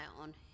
on